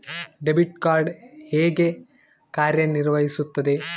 Debit card ಹೇಗೆ ಕಾರ್ಯನಿರ್ವಹಿಸುತ್ತದೆ?